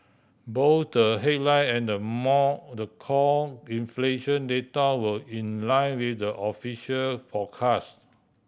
both the headline and the more the core inflation data were in line with the official forecast